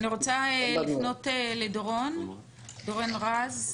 אני רוצה לפנות לדורון רז,